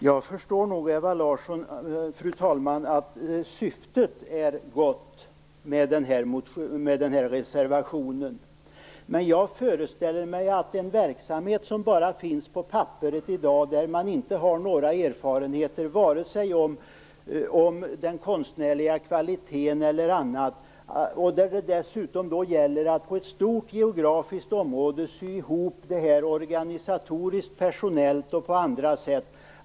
Fru talman! Jag förstår nog att syftet är gott med reservationen, Ewa Larsson. Men detta är en verksamhet som bara finns på papper i dag, och om vilken man inte har några erfarenheter vare sig om den konstnärliga kvaliteten eller om något annat. Dessutom gäller det att på ett stort geografiskt område sy ihop detta organisatoriskt, personellt och på andra sätt.